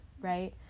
right